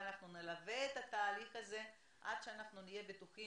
ונלווה את התהליך הזה עד שנהיה בטוחים